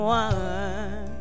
one